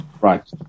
Right